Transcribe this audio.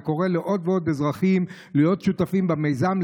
וקורא לעוד ועוד אזרחים להיות שותפים במיזם,